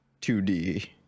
2D